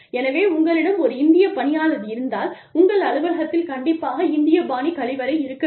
எனவே உங்களிடம் ஒரு இந்தியப் பணியாளர் இருந்தால் உங்கள் அலுவலகத்தில் கண்டிப்பாக இந்தியப் பாணி கழிவறை இருக்க வேண்டும்